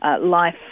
life